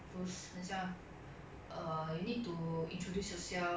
这种东西 lah it's the very normal [one] mm